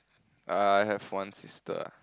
uh I have one sister